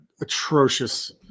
atrocious